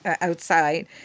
outside